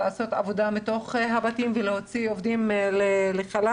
לעשות את העבודה מהבתים ולהוציא עובדים לחל"ת.